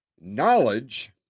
knowledge